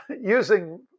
using